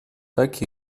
так